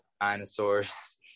dinosaurs